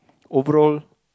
overall